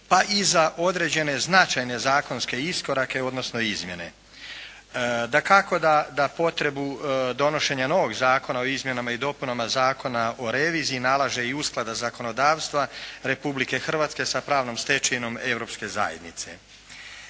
pa i za određene značajne zakonske iskorake, odnosno izmjene. Dakako da potrebu donošenja novoga Zakona o izmjenama i dopunama Zakona o reviziji nalaže i usklada zakonodavstva Republike Hrvatske sa pravnom stečevinom Europske zajednice.